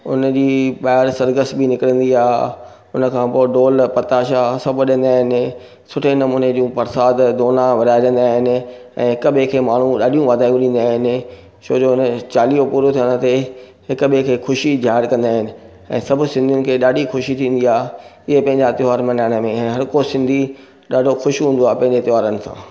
उनजी ॿाहिरि सर्गस्नी निकिरंदी आहे उनखां पोइ ढोल पताशा सभु वजंदा आहिनि सुठे नमूने जूं प्रसाद दोना विरिहाएजंदा आहिनि ऐं हिक ॿिए खे माण्हू ॾाढियूं वाधायूं ॾींदियूं आहिनि छोजो उन चालीहो पूरो थियण ते हिक ॿिए खे ख़ुशी जाहिर कंदा आहिनि ऐं सभु सिंधीनि खे ॾाढी ख़ुशी थींदी आहे इहा पंहिंजा त्योहार मल्हाइण में हर को सिंधी ॾाढो ख़ुशि हूंदो आहे पंहिंजे त्योहारनि सां